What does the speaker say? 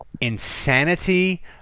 insanity